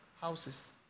houses